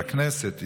והכנסת,